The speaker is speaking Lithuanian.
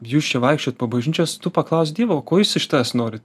jūs čia vaikščiojat po bažnyčias tu paklausk dievo ko jis iš tavęs nori